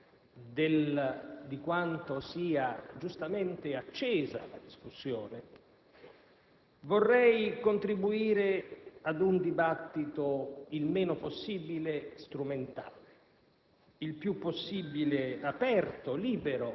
sono ben consapevole di quanto sia giustamente accesa la discussione. Vorrei contribuire ad un dibattito il meno possibile strumentale,